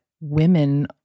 women